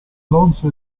alonso